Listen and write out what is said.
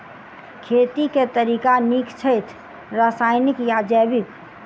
खेती केँ के तरीका नीक छथि, रासायनिक या जैविक?